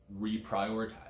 reprioritize